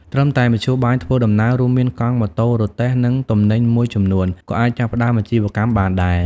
ត្រឹមតែមធ្យោបាយធ្វើដំណើរ រួមមាន កង់ ម៉ូតូ រទេះ និងទំនិញមួយចំនួន ក៏អាចចាប់ផ្តើមអាជីវកម្មបានដែរ។